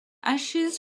ashes